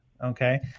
Okay